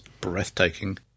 breathtaking